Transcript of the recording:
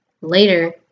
later